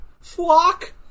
Flock